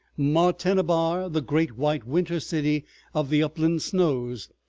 martenabar the great white winter city of the upland snows.